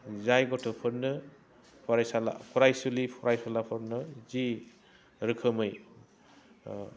जाय गथ'फोरनो फरायसाला फरायसुलि फरासुलाफोरनो जि रोखोमै